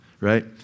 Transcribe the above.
right